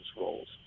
roles